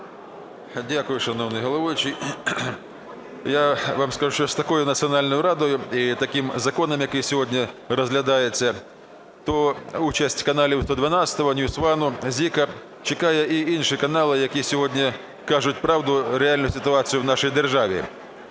Дякую, шановний головуючий. Я вам скажу, що з такою Національною радою і таким законом, який сьогодні розглядається, то участь каналів "112", NewsOne, ZIK чекає і інші канали, які сьогодні кажуть правду, реальну ситуацію в нашій державі.